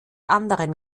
anderen